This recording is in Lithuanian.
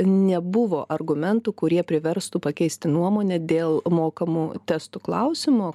nebuvo argumentų kurie priverstų pakeisti nuomonę dėl mokamų testų klausimo